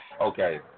okay